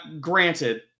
granted